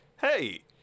hey